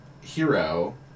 hero